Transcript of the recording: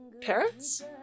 Parents